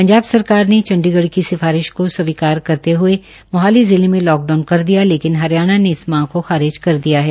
पंजाब सरकार ने चंडीगढ़ की सिफारिश को स्वीकार करते हये मोहाली जिले में लॉकडाउन कर दिया लेकिन हरियाणा ने इस मांग को खारिज कर दिया है